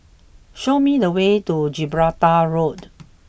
show me the way to Gibraltar Road